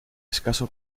escaso